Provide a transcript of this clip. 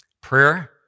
Prayer